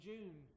June